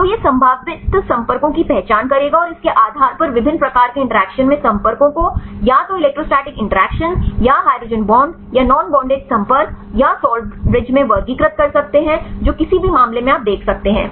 तो यह संभावित संपर्कों की पहचान करेगा और इसके आधार पर विभिन्न प्रकार के इंटरैक्शन में संपर्कों को या तो इलेक्ट्रोस्टैटिक इंटरैक्शन या हाइड्रोजन बांड या नोन बॉंडेड संपर्क या साल्ट ब्रिज में वर्गीकृत कर सकते हैं जो किसी भी मामले में आप देख सकते हैं